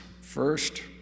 First